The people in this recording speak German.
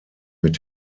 mit